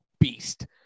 beast